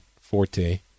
Forte